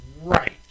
right